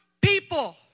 people